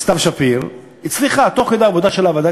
סתיו שפיר הצליחה תוך כדי העבודה שלה בוועדת